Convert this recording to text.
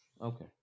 okay